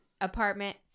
Apartment